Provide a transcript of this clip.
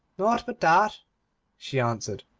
nought but that she answered,